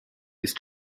ist